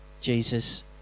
Jesus